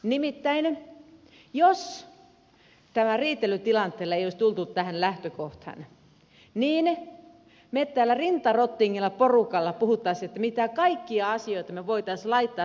nimittäin jos tällä riitelytilanteella ei olisi tultu tähän lähtökohtaan niin me täällä rinta rottingilla porukalla puhuisimme mitä kaikkia asioita me voisimme laittaa tähän matkaan